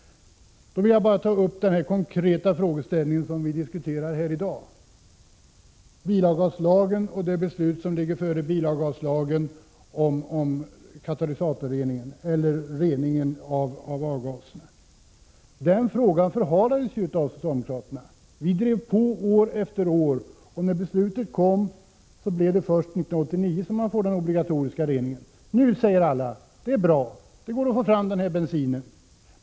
Då vill jag bara ta upp den konkreta fråga som vi diskuterar i dag, bilavgaslagen och det beslut som ligger före den, nämligen lagen om = Prot. 1986/87:51 katalytisk rening av avgaserna. Den frågan förhalades av socialdemokrater — 17 december 1986 na. Vi drev på år efter år, men när beslutet kom innebar det att vi först 1988 HH får obligatorisk rening. Nu säger alla: Det är bra. Det går att få ftam denna bensin.